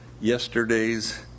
yesterday's